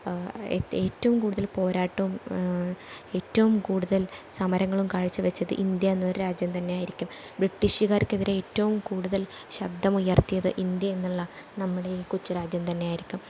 ഏറ്റവും കൂടുതൽ പോരാട്ടം ഏറ്റവും കൂടുതൽ സമരങ്ങളും കാഴ്ചവെച്ചത് ഇന്ത്യ എന്നൊരു രാജ്യം തന്നെ ആയിരിക്കും ബ്രിട്ടീഷുകാർക്കെതിരെ ഏറ്റവും കൂടുതൽ ശബ്ദം ഉയർത്തിയത് ഇന്ത്യ എന്നുള്ള നമ്മുടെ ഈ കൊച്ചു രാജ്യം തന്നെ ആയിരിക്കും